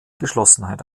geschlossenheit